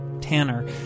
tanner